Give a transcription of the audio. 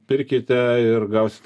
pirkite ir gausite